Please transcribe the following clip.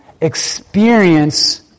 experience